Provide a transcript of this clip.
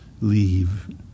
leave